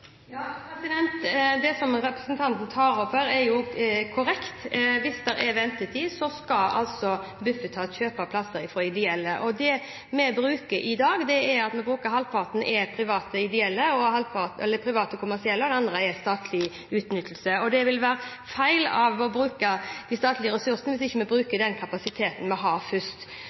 Det som representanten tar opp her, er korrekt. Hvis det er ventetid, så skal Bufetat kjøpe plasser fra ideelle. I dag er det slik at vi bruker halvparten private-kommersielle, og det andre er statlig utnyttelse. Det vil være feil bruk av statlige ressurser hvis vi ikke bruker den kapasiteten vi har, og det skal også være brukt. Det som regjeringen nå jobber med, er å